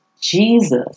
Jesus